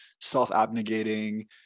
self-abnegating